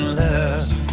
love